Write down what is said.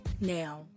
Now